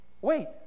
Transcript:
Wait